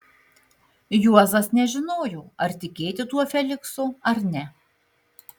juozas nežinojo ar tikėti tuo feliksu ar ne